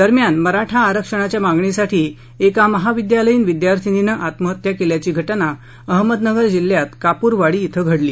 दरम्यान मराठा आरक्षणाच्या मागणीसाठी एका महाविद्यालयीन विद्यार्थीनीनं आत्महत्या केल्याची घटना अहमदनगर जिल्ह्यात कापूरवाडी इथे घडली